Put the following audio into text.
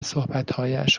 صحبتهایش